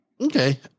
Okay